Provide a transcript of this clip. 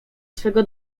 swego